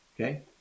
Okay